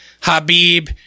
Habib